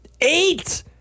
Eight